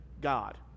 God